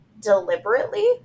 deliberately